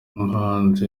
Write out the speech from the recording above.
umuhanzi